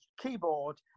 keyboard